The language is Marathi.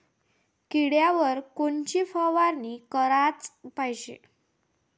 किड्याइवर कोनची फवारनी कराच पायजे?